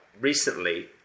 recently